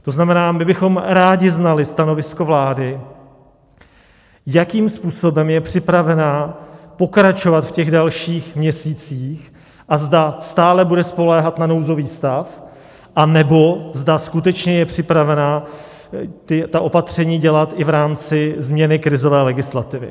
To znamená, my bychom rádi znali stanovisko vlády, jakým způsobem je připravena pokračovat v těch dalších měsících a zda stále bude spoléhat na nouzový stav, anebo zda skutečně je připravená ta opatření dělat i v rámci změny krizové legislativy.